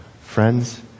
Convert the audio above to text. Friends